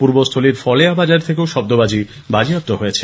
পূর্বস্থলীর ফলেয়া বাজার থেকেও শব্দবাজি বাজেয়াপ্ত হয়েছে